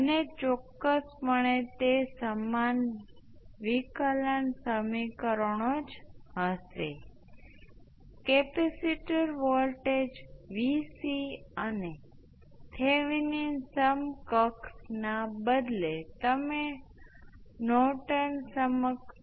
એ જ રીતે જો તમે તેના કરતાં ઇન્ડક્ટર્સના સમાંતર સંયોજનમાં એક સ્ટેપ વિદ્યુત પ્રવાહ લાગુ કરો તો તમારી પાસે સ્ટેપ વિદ્યુત પ્રવાહ હશે અને દરેકમાં સ્ટેપનું કદ ઇન્ડક્ટર્સના ગુણોત્તર સાથે સંબંધિત હશે